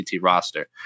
roster